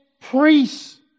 priests